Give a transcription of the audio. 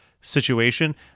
situation